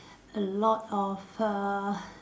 a lot of err